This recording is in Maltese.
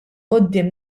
quddiem